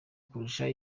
kurusha